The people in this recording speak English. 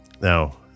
Now